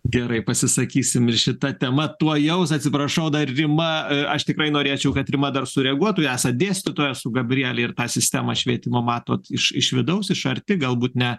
gerai pasisakysim ir šita tema tuojaus atsiprašau dar rima aš tikrai norėčiau kad rima dar sureaguotų esat dėstytoja su gabriele ir tą sistemą švietimo matot iš iš vidaus iš arti galbūt ne